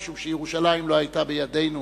משום שירושלים לא היתה בידינו